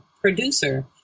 producer